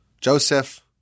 Joseph